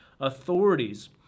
authorities